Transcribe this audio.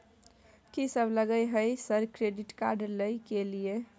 कि सब लगय हय सर क्रेडिट कार्ड लय के लिए?